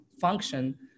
function